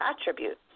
attributes